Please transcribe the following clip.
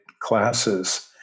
classes